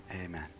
Amen